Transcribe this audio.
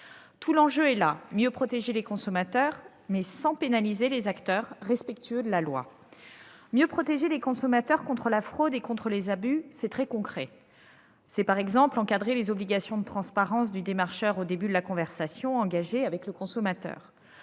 Tout l'enjeu est là : mieux protéger les consommateurs, mais sans pénaliser les acteurs respectueux de la loi. Mieux protéger les consommateurs contre la fraude et contre les abus, c'est très concret. C'est, par exemple, encadrer les obligations de transparence du démarcheur au début de la conversation engagée avec le consommateur.